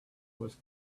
was